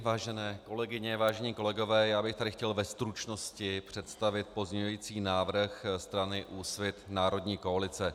Vážené kolegyně, vážení kolegové, já bych tady chtěl ve stručnosti představit pozměňující návrh strany Úsvit národní koalice.